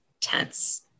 tense